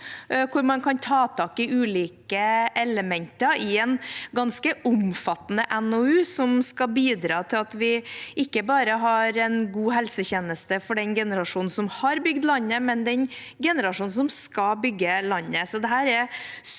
hvor man kan ta tak i ulike elementer i en ganske omfattende NOU, som skal bidra til at vi ikke bare har en god helsetjeneste for den generasjonen som har bygd landet, men også for den generasjonen som skal bygge landet.